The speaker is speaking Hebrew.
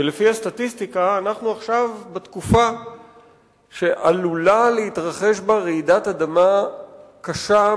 ולפי הסטטיסטיקה אנחנו עכשיו בתקופה שעלולה להתרחש בה רעידת אדמה קשה,